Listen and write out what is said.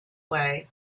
way